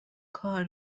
کار